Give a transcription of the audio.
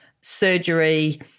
surgery